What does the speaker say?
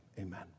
amen